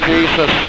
Jesus